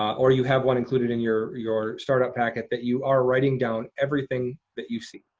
or you have one included in your your startup packet that you are writing down everything that you see.